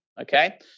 okay